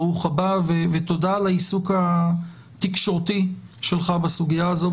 ברוך הבא ותודה על העיסוק התקשורתי שלך בסוגיה הזו.